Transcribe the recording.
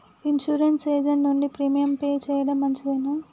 Insurance agent నుండి premium pay చేయడం మంచిదేనా?